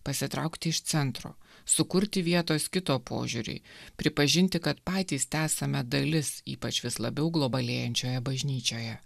pasitraukti iš centro sukurti vietos kito požiūriui pripažinti kad patys tesame dalis ypač vis labiau globalėjančioje bažnyčioje